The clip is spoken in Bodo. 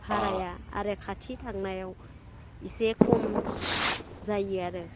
भाराया आरो खाथि थांनायाव एसे खम जायो आरो